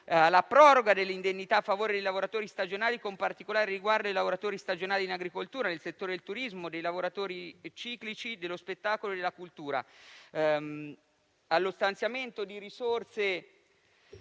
alla proroga delle indennità a favore di lavoratori stagionali, con particolare riguardo ai lavoratori stagionali in agricoltura, del settore del turismo, dei lavoratori ciclici dello spettacolo e della cultura; allo stanziamento di risorse